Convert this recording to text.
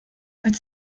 als